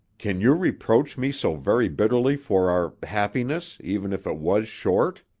can you reproach me so very bitterly for our happiness, even if it was short?